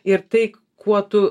ir tai kuo tu